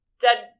dead